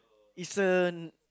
is a